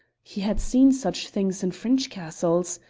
he had seen such things in french castles.